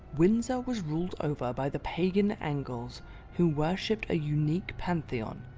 windsor was ruled over by the pagan angles who worshipped a unique pantheon.